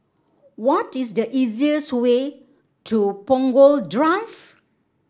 what is the easiest way to Punggol Drive